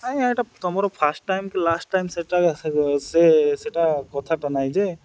ଆଜ୍ଞା ଏଇଟା ତୁମର ଫାଷ୍ଟ୍ ଟାଇମ୍ କି ଲାଷ୍ଟ ଟାଇମ୍ ସେଟା ସେ ସେଟା କଥାଟା ନାଇଁ ଯେ